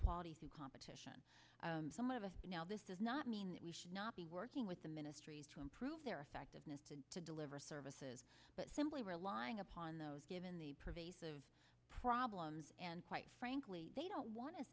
through competition some of us now this does not mean that we should not be working with the ministries to improve their effectiveness and to deliver services but simply relying upon those given the pervasive problem and quite frankly they don't want